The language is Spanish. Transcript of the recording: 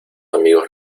amigos